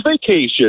vacation